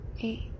eight